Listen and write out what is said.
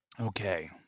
Okay